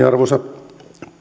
arvoisa